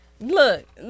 Look